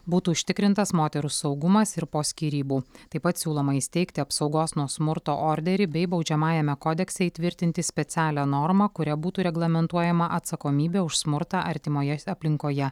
būtų užtikrintas moterų saugumas ir po skyrybų taip pat siūloma įsteigti apsaugos nuo smurto orderį bei baudžiamajame kodekse įtvirtinti specialią normą kuria būtų reglamentuojama atsakomybė už smurtą artimoje aplinkoje